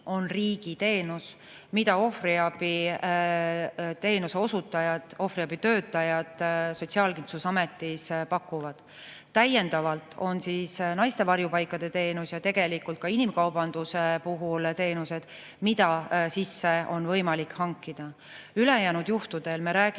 riigi teenus, mida ohvriabiteenuse osutajad, ohvriabitöötajad Sotsiaalkindlustusametis pakuvad. Täiendavalt pakutakse naiste varjupaikade teenust ja tegelikult ka inimkaubanduse puhul teatavaid teenuseid, mida on võimalik hankida. Ülejäänud juhtudel me räägime